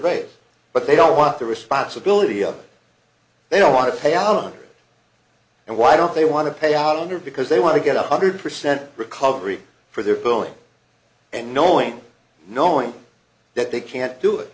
way but they don't want the responsibility of they don't want to pay out on it and why don't they want to pay out under because they want to get a hundred percent recovery for their billing and knowing knowing that they can't do it